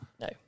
No